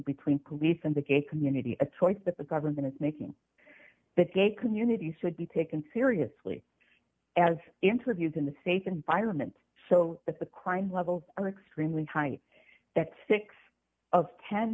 police and the gay community a choice that the government is making that gay community should be taken seriously as interviews in the safe environment so that the crime levels are extremely high that six of ten